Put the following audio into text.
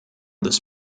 this